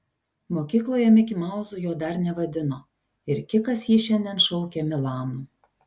mokykloje mikimauzu jo dar nevadino ir kikas jį šiandien šaukė milanu